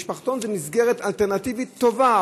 משפחתון זה מסגרת אלטרנטיבית טובה,